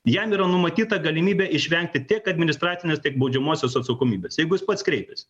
jam yra numatyta galimybė išvengti tiek administracinės tiek baudžiamosios atsakomybės jeigu jis pats kreipiasi